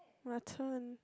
my turn